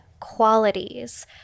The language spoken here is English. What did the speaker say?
qualities